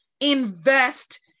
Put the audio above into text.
invest